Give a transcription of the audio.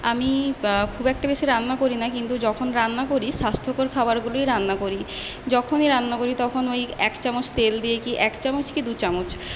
আমি খুব একটা বেশী রান্না করি না কিন্তু যখন রান্না করি স্বাস্থ্যকর খাবারগুলোই রান্না করি যখনই রান্না করি তখন ওই এক চামচ তেল দিয়ে কি এক চামচ কি দু চামচ